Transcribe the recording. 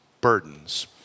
burdens